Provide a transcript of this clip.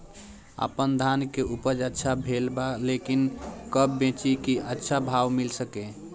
आपनधान के उपज अच्छा भेल बा लेकिन कब बेची कि अच्छा भाव मिल सके?